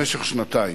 למשך שנתיים.